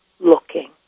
Looking